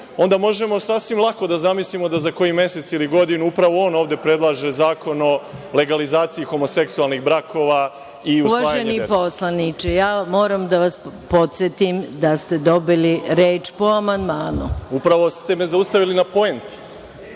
onda možemo sasvim lako da zamislimo da za koji mesec ili godinu upravo on ovde predlaže zakon o legalizaciji homoseksualnih brakova i usvajanje dece. **Maja Gojković** Uvaženi poslaniče, moram da vas podsetim da ste dobili reč po amandmanu. **Boško Obradović** Upravo ste me zaustavili na poenti,